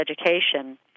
education